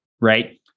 right